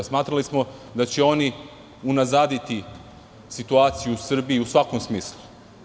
Smatrali smo da će oni unazaditi situaciju u Srbiji u svakom smislu.